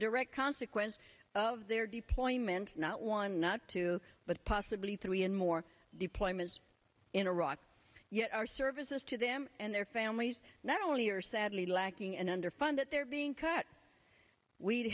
direct consequence of their deployments not one not two but possibly three and more deployments in iraq yet our services to them and their families not only are sadly lacking an underfunded they're being cut we'd